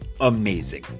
amazing